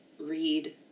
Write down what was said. read